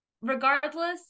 Regardless